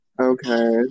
okay